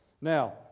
Now